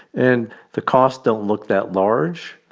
and the costs don't look that large,